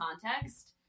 context